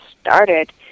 started